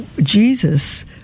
Jesus